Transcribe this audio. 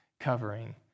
covering